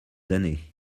années